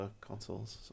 consoles